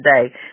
today